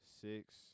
six